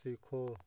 सीखो